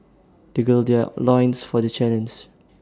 they gird their loins for the challenge